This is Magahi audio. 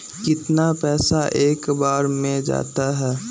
कितना पैसा एक बार में जाता है?